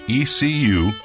ecu